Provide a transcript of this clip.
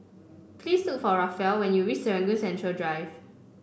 please look for Raphael when you reach Serangoon Central Drive